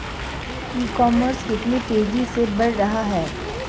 ई commerce कितनी तेजी से बढ़ रहा है?